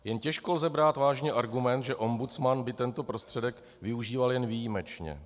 Jen těžko lze brát vážně argument, že ombudsman by tento prostředek využíval jen výjimečně.